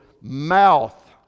mouth